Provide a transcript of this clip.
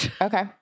Okay